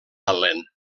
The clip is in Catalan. allen